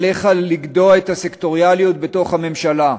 עליך לגדוע את הסקטוריאליות בתוך הממשלה,